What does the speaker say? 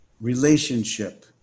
relationship